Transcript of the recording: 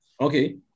Okay